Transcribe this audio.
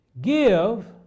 Give